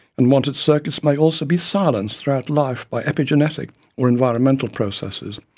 unwanted circuits may also be silenced throughout life by epigenetic or environmental processes,